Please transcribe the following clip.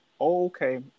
okay